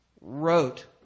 wrote